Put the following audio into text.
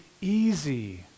easy